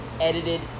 edited